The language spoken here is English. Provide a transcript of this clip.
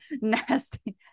nasty